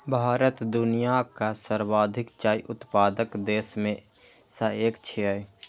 भारत दुनियाक सर्वाधिक चाय उत्पादक देश मे सं एक छियै